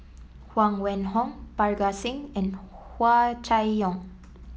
Huang Wenhong Parga Singh and Hua Chai Yong